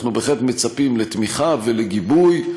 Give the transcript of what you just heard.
אנחנו בהחלט מצפים לתמיכה ולגיבוי,